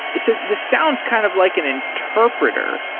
so this sounds kind of like an interpreter,